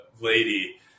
lady